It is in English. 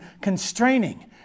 constraining